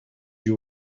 you